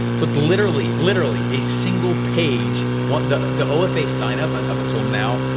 so it's literally literally a single page, what the the ofa sign up and up until now,